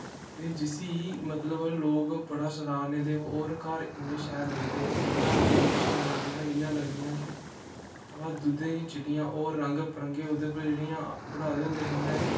जिसी मतलब लोक बड़ा सराहदे होर घर इन्ने शैल लगदे हे कंधां बी इन्नियां शैल लगदियां ही जियां लगदियां ही कि दुद्धै दी चिट्टियां होर रग बरंगे ओहदे उप्पर जियां बनाए दे होंदे हे उ'नें